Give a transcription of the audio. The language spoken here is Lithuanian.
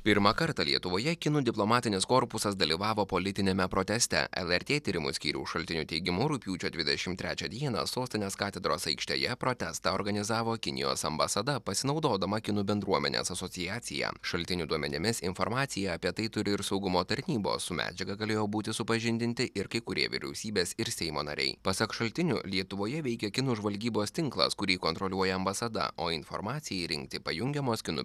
pirmą kartą lietuvoje kinų diplomatinis korpusas dalyvavo politiniame proteste lrt tyrimų skyriaus šaltinių teigimu rugpjūčio dvidešimt trečią dieną sostinės katedros aikštėje protestą organizavo kinijos ambasada pasinaudodama kinų bendruomenės asociacija šaltinių duomenimis informacija apie tai turi ir saugumo tarnybos su medžiaga galėjo būti supažindinti ir kai kurie vyriausybės ir seimo nariai pasak šaltinių lietuvoje veikia kinų žvalgybos tinklas kurį kontroliuoja ambasada o informacijai rinkti pajungiamos kinų